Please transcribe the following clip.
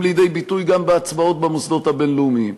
לידי ביטוי גם בהצבעות במוסדות הבין-לאומיים.